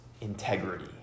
integrity